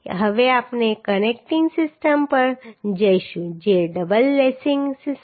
હવે આપણે connecting system પર જઈશું જે ડબલ લેસિંગ સિસ્ટમ છે